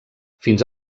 fins